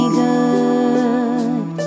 good